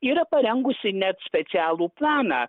yra parengusi net specialų planą